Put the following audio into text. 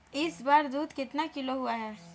इस बार दूध कितना किलो हुआ है?